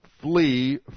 flee